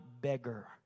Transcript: beggar